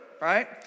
right